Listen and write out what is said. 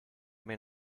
may